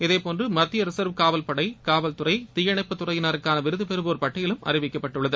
இதேபோன்று மத்திய ரின்வ் காவல்படை காவல்துறை தீயணைப்பு துறையினருக்கான விருது பெறவோா் பட்டியலும் அறிவிக்கப்பட்டுள்ளது